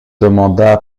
demanda